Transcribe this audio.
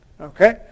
Okay